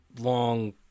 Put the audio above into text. long